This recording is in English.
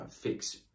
fix